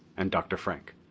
and dr. frank.